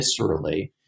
viscerally